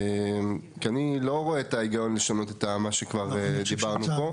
כי אני לא רואה היגיון לשנות את מה שכבר דיברנו פה.